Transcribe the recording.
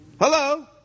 Hello